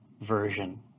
version